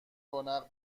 رونق